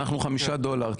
אנחנו חמישה דולרים,